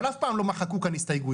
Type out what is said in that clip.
אבל אף פעם לא מחקו כאן הסתייגויות.